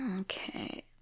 Okay